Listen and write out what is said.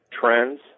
trends